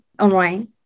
online